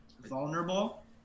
vulnerable